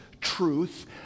truth